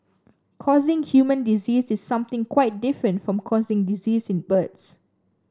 causing human disease is something quite different from causing disease in birds